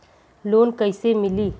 Loan कइसे मिलि?